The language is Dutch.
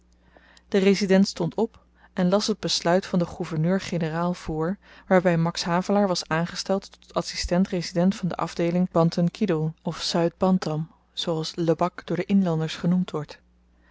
de resident stond op en las het besluit van den gouverneur-generaal voor waarby max havelaar was aangesteld tot adsistent resident van de afdeeling bantan kidoel of zuid bantam zooals lebak door de inlanders genoemd wordt